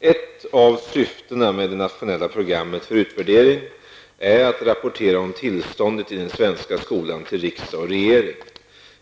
Ett av syftena med det internationella programmet för utvärdering är att rapportera om tillståndet i den svenska skolan till riksdag och regering.